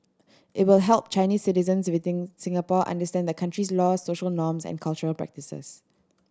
it will help Chinese citizens within Singapore understand the country's laws social norms and cultural practices